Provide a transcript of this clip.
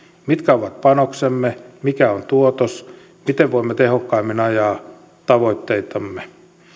mitkä ovat panoksemme mikä on tuotos miten voimme tehokkaimmin ajaa tavoitteitamme